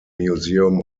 museum